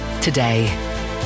today